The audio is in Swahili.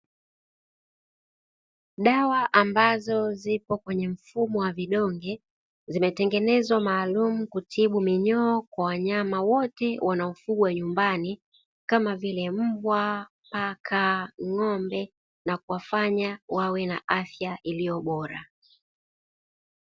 Dawa ambazo zipo kwenye mfumo wa vidonge zimetengenezwa maalumu kutibu minyoo kwa wanyama wote wanaofugwa nyumbani kama vile mbwa ,paka, ng'ombe na kuwafanya wawe na afya iliyo bora.